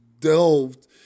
delved